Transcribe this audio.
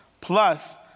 plus